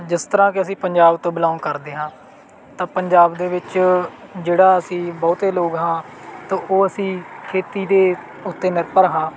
ਜਿਸ ਤਰ੍ਹਾਂ ਕਿ ਅਸੀਂ ਪੰਜਾਬ ਤੋਂ ਬਿਲੋਂਗ ਕਰਦੇ ਹਾਂ ਤਾਂ ਪੰਜਾਬ ਦੇ ਵਿੱਚ ਜਿਹੜਾ ਅਸੀਂ ਬਹੁਤੇ ਲੋਕ ਹਾਂ ਤਾਂ ਉਹ ਅਸੀਂ ਖੇਤੀ ਦੇ ਉੱਤੇ ਨਿਰਭਰ ਹਾਂ